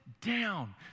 down